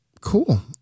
Cool